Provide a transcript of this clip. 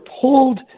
pulled